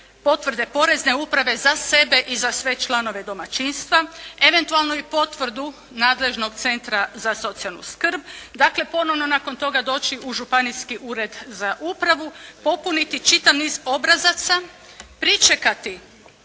potvrde porezne uprave za sebe i za sve članove domaćinstva, eventualno i potvrdu nadležnog centra za socijalnu skrb. Dakle ponovno nakon toga doći u županijski ured za upravu, popuniti čitav niz obrazaca, pričekati